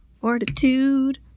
Fortitude